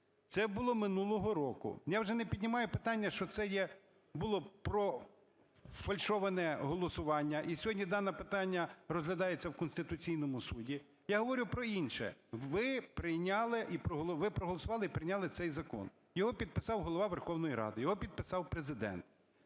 Це було минулого року, я вже не піднімаю питання, що це було профальшоване голосування, і сьогодні дане питання розглядається в Конституційному Суді. Я говорю про інше. Ви прийняли, ви проголосували і прийняли цей закон, його підписав Голова Верховної Ради, його підписав Президент.